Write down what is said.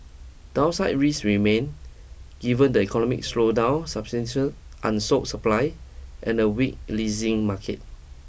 downside risks remain given the economic slowdown substantial unsold supply and a weak leasing market